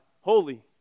holy